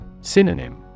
Synonym